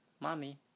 Mommy